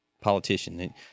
politician